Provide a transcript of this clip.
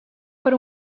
per